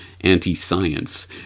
anti-science